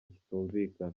kitumvikana